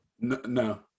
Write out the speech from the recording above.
No